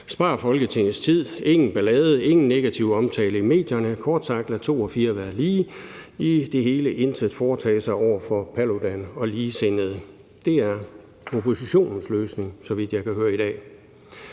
spare Folketingets tid og give ingen ballade og ingen negativ omtale i medierne – kort sagt, lade to og fire være lige og i det hele ikke foretage sig noget over for Paludan og ligesindede. Det er oppositionens løsning, så vidt jeg kan høre i dag.